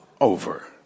over